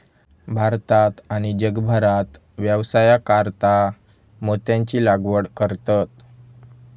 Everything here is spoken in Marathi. भारतात आणि जगभरात व्यवसायासाकारता मोत्यांची लागवड करतत